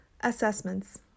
Assessments